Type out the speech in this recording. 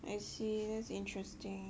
I see that's interesting